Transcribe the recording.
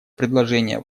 предложения